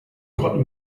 gotten